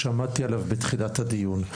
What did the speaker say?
שעמדתי עליו בתחילת הדיון.